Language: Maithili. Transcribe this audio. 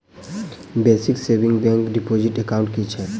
Basic savings bank deposit account की छैक?